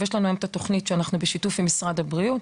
יש את התוכנית בשיתוף עם משרד הבריאות,